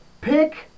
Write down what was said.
Pick